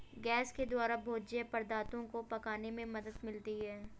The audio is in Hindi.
गैस के द्वारा भोज्य पदार्थो को पकाने में मदद मिलती है